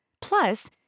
Plus